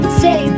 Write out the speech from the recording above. say